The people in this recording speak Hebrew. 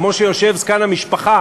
כמו שיושב זקן המשפחה